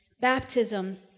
baptism